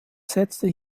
setzte